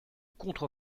contre